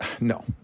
no